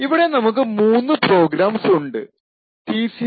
ഇവിടെ നമുക്ക് 3 പ്രോഗ്രാംസ് ഉണ്ട് T0